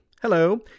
Hello